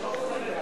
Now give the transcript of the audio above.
רבותי,